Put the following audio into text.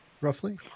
roughly